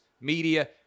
media